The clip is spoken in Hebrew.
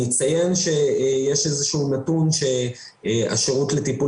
אני אציין שישנו נתון שהשירות לטיפול